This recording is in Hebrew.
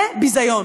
זה ביזיון.